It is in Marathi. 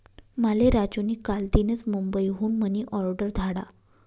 माले राजू नी कालदीनच मुंबई हुन मनी ऑर्डर धाडा